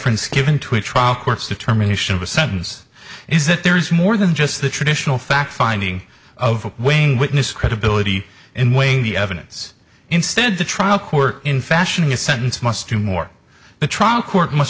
ence given to a trial court's determination of a sentence is that there is more than just the traditional fact finding of weighing witness credibility in weighing the evidence instead the trial court in fashion his sentence must do more the trial court mu